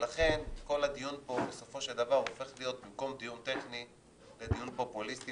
לכן כל הדיון פה הופך להיות במקום דיון טכני לדיון פופוליסטי,